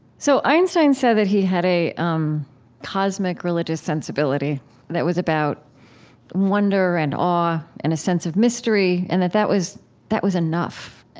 so, einstein said that he had a um cosmic religious sensibility that was about wonder and awe and a sense of mystery, and that that was that was enough.